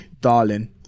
Darling